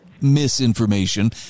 misinformation